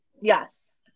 Yes